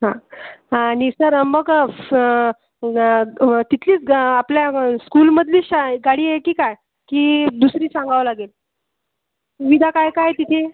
हां आणि सर मग स तिथलीच आपल्या स्कूलमधलीच शाळा आहे गाडी आहे की काय की दुसरीच सांगावं लागेल सुविधा काय काय तिथे